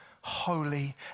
holy